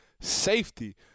safety